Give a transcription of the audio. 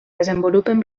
desenvolupen